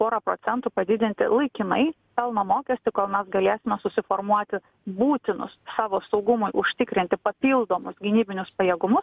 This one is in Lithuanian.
pora procentų padidinti laikinai pelno mokestį kuomet galės susiformuoti būtinos savo saugumui užtikrinti papildomus gynybinius pajėgumus